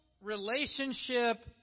relationship